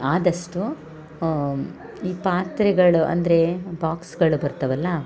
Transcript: ಆದಷ್ಟು ಈ ಪಾತ್ರೆಗಳು ಅಂದರೆ ಬಾಕ್ಸ್ಗಳು ಬರ್ತಾವಲ್ಲ